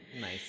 Nice